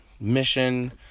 mission